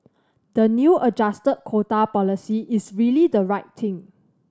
the new adjusted quota policy is really the right thing